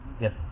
Yes